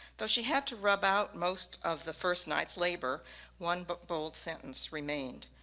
though she had to rub out most of the first night's labor one but bold sentence remained.